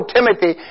Timothy